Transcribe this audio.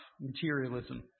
materialism